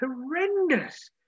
horrendous